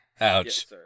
Ouch